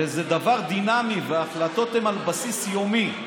וזה דבר דינמי, וההחלטות הן על בסיס יומי.